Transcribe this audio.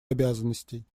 обязанностей